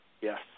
yes